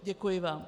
Děkuji vám.